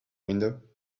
window